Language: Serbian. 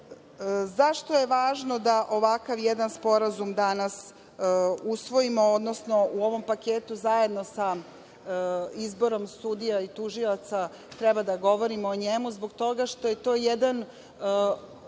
je važno da ovakav jedan sporazum danas usvojimo? Odnosno u ovom paketu zajedno sa izborom sudija i tužioca treba da govorimo o njemu zbog toga što je to jedan